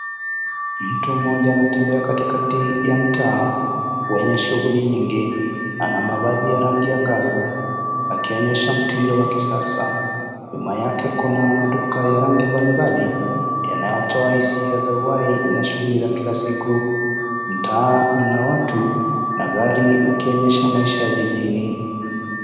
Mtu mmoja anatembea katikati ya mtaa, wenye shughuli nyingi. Ana mavazi ya rangi ya ngavu. Akionyesha mtindo wa kisasa. Nyuma yake kuna duka ya rangi mbalimbali, yanayotoa hisia za uhai na shughuli za kila siku. Mtaa una watu na gari, ukionyesha maisha ya jijini.